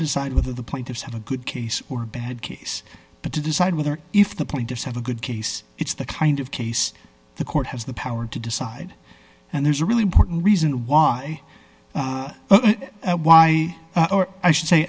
decide whether the plaintiffs have a good case or a bad case but to decide whether if the police have a good case it's the kind of case the court has the power to decide and there's a really important reason why why or i should say